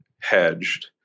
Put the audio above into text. hedged